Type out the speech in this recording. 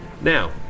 Now